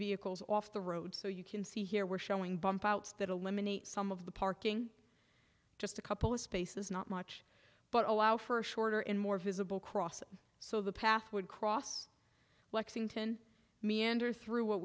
vehicles off the road so you can see here we're showing bump outs that eliminate some of the parking just a couple of spaces not much but allow for a shorter and more visible crossing so the path would cross lexington meander through what